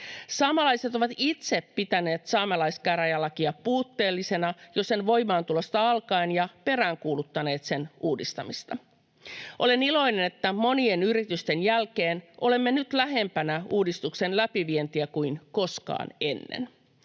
Saamelaiset ovat itse pitäneet saamelaiskäräjälakia puutteellisena jo sen voimaantulosta alkaen ja peräänkuuluttaneet sen uudistamista. Olen iloinen, että monien yritysten jälkeen olemme nyt lähempänä uudistuksen läpivientiä kuin koskaan ennen.